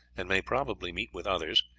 and may probably meet with others,